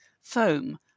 foam